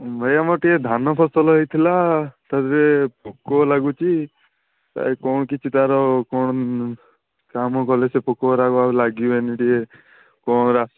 ଭାଇ ଆମ ଟିକେ ଧାନ ଫସଲ ହେଇଥିଲା ତା'ଧିଏରେ ପୋକ ଲାଗୁଛି ଏ କ'ଣ କିଛି ତା'ର କ'ଣ କାମ କଲେ ସେ ପୋକଗୁଡ଼ାକ ଆଉ ଲାଗିବେନି ଟିକେ କ'ଣ ରାସ